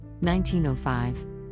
1905